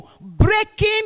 breaking